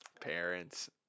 parents